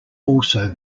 also